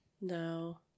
No